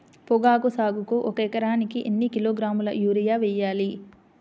పొగాకు సాగుకు ఒక ఎకరానికి ఎన్ని కిలోగ్రాముల యూరియా వేయాలి?